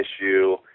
issue